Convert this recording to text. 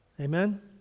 Amen